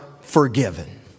forgiven